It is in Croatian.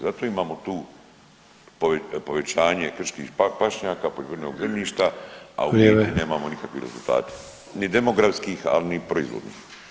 Zato imamo tu povećanje krških pašnjaka, poljoprivrednog zemljišta, a u biti [[Upadica: Vrijeme.]] nemamo nikakve rezultate, ni demografskih, al ni proizvodnih.